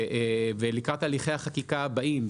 לקראת הליכי החקיקה הבאים,